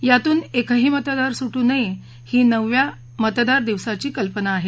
यातून एकही मतदार सुटू नये ही नवव्या मतदार दिवसाची संकल्पना आहे